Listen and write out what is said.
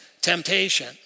temptation